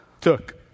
took